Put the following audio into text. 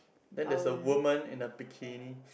then there's a woman in a bikini